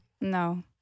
No